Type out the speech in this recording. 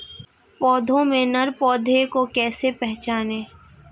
पौधों में नर पौधे को कैसे पहचानें?